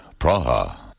Praha